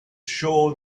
sure